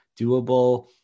doable